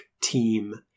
team